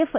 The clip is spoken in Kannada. ಎಫ್